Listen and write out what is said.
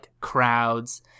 crowds